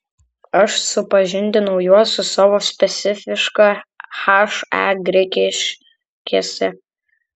aš supažindinau juos su savo specifiška he grigiškėse